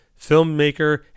filmmaker